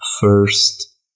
first